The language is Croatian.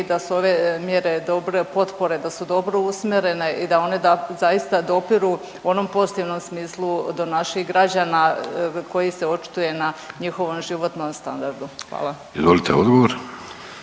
da su ove mjere dobre, potpore da su dobro usmjerene i da one zaista dopiru u onom pozitivnom smislu do naših građana koji se očituje na njihovom životnom standardu? Hvala. **Vidović,